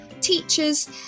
teachers